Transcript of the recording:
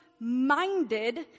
minded